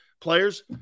players